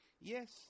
Yes